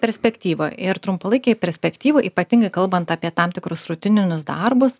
perspektyvoj ir trumpalaikėj perspektyvoj ypatingai kalbant apie tam tikrus rutininius darbus